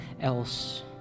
else